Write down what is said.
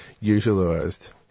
utilised